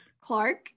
Clark